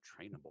trainable